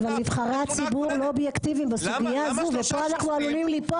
אבל נבחרי הציבור לא אובייקטיביים בסוגייה הזו ופה אנחנו עלולים ליפול.